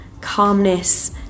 calmness